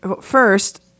First